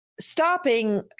stopping